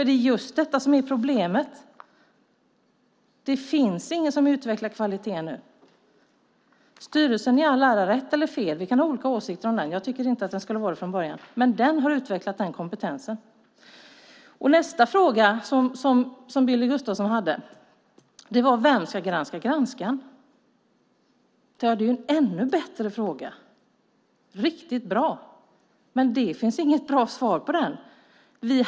Det är just detta som är problemet - det finns ingen som utvecklar kvaliteten nu. Vi kan ha olika åsikter om styrelsen - jag tyckte inte att den skulle vara där från början - men den har utvecklat den kompetensen. Nästa fråga som Billy Gustafsson hade var: Vem ska granska granskarna? Det är en ännu bättre fråga, men det finns inget svar på den.